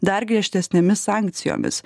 dar griežtesnėmis sankcijomis